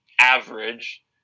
average